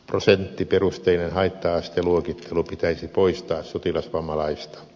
prosenttiperusteinen haitta asteluokittelu pitäisi poistaa sotilasvammalaista